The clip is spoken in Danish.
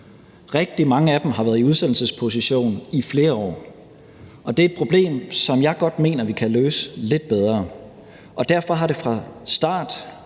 Rigtig mange af dem har været i udsendelsesposition i flere år, og det er et problem, som jeg godt mener vi kan løse lidt bedre, og derfor har det fra starten